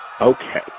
Okay